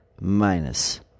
minus